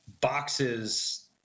boxes